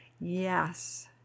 Yes